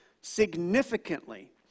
significantly